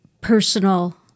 personal